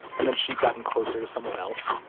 and then she'd gotten closer to someone else.